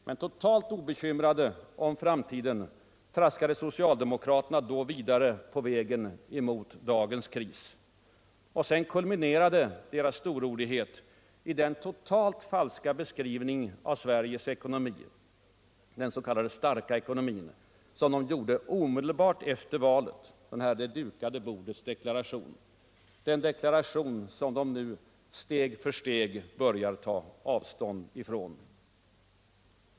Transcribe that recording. Men totalt obekymrade om framtiden traskade då socialdemokraterna vidare på vägen mot dagens kris. Och sedan kulminerade deras storordighet i den totalt falska beskrivning av Sveriges s.k. starka ekonomi som de gjorde omedelbart efter valet — ”det dukade bordets” deklaration — den deklaration som de nu steg för steg börjar ta avstånd ifrån.